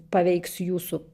paveiks jūsų